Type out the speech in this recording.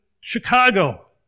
Chicago